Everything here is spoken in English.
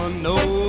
No